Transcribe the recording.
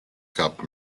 cup